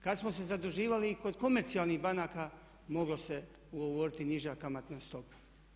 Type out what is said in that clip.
Kada smo se zaduživali i kod komercijalnih banaka moglo se ugovoriti niža kamatna stopa.